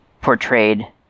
portrayed